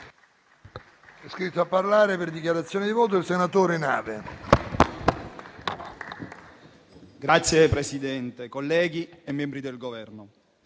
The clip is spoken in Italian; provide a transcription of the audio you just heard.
Signor Presidente, colleghi e membri del Governo,